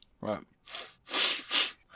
Right